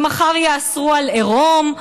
שמחר יאסרו עירום,